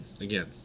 Again